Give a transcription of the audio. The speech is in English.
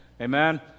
Amen